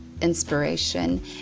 inspiration